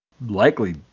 likely